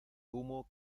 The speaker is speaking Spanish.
humo